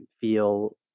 feel